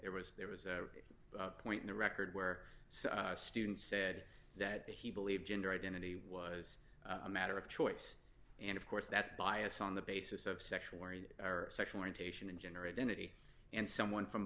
there was there was a point in the record where students said that he believed gender identity was a matter of choice and of course that's bias on the basis of sexual mores our sexual orientation and gender identity and someone from